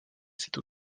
cette